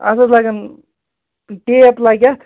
اَتھ حظ لَگَن ٹیپ لَگہِ اَتھ